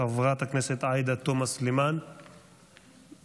חברת הכנסת עאידה תומא סלימאן, מבקשת?